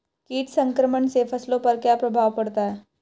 कीट संक्रमण से फसलों पर क्या प्रभाव पड़ता है?